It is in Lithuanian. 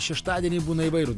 šeštadieniai būna įvairūs